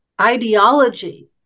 ideology